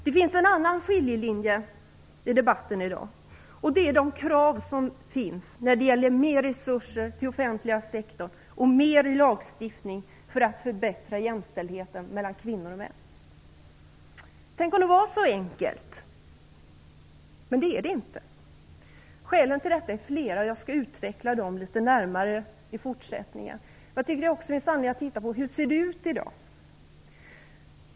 Det finns en annan skiljelinje i debatten i dag, och det är de krav som finns på mer resurser till den offentliga sektorn och mer lagstiftning för att förbättra jämställdheten mellan kvinnor och män. Tänk om det vore så enkelt, men det är det inte. Skälen till detta är flera, men jag skall senare utveckla dem litet närmare. Det finns också anledning att titta på hur situationen ser ut i dag.